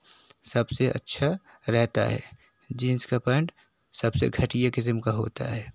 सबसे अच्छा रहता है जीन्स का पैंट सबसे घटिया किस्म का होता है